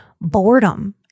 boredom